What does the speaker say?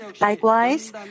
Likewise